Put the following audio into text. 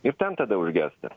ir ten tada užgęsta